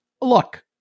look